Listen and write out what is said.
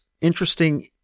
interesting